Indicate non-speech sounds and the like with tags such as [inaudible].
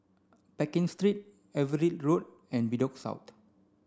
Pekin Street Everitt Road and Bedok [unintelligible]